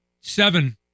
Seven